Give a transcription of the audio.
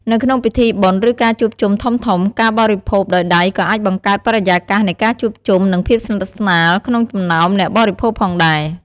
នៅក្នុងពិធីបុណ្យ ឬការជួបជុំធំៗ ការបរិភោគដោយដៃក៏អាចបង្កើតបរិយាកាសនៃការជួបជុំ និងភាពស្និទ្ធស្នាលក្នុងចំណោមអ្នកបរិភោគផងដែរ។